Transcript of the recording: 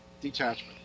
Detachment